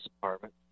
apartment